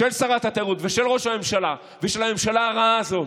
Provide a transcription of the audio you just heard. של שרת התיירות ושל ראש הממשלה ושל הממשלה הרעה הזאת,